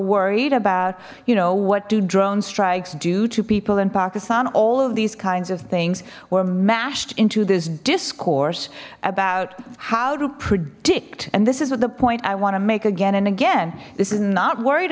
worried about you know what do drone strikes do to people in pakistan all of these kinds of things were mashed into this discourse about how to predict and this is at the point i want to make again and again this is not worried